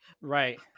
Right